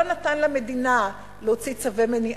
לא נתן למדינה להוציא צווי מניעה,